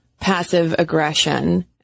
passive-aggression